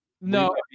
No